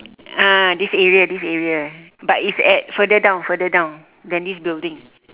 ah this area this area but it's at further down further down than this building